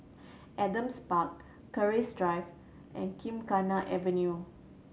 Adam's Park Keris Drive and Gymkhana Avenue